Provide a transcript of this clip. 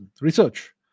research